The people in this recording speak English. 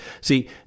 See